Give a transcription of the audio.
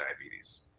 diabetes